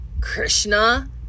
krishna